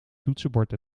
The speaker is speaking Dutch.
toetsenbord